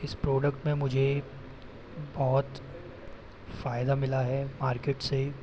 इस प्रोडक्ट में मुझे बहुत फ़ायदा मिला है मार्केट से